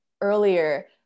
earlier